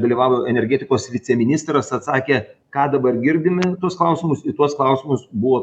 dalyvavo energetikos viceministras atsakė ką dabar girdim į tuos klausimus į tuos klausimus buvo